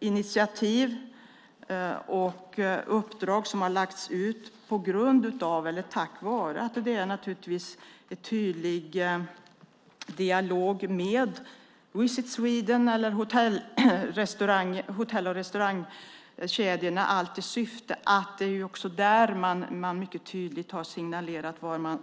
Initiativ har tagits och uppdrag har lagts ut på grund av eller tack vare att vi har en dialog med Visit Sweden och hotell och restaurangkedjorna. Där har man tydligt signalerat